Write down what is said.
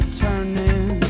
turning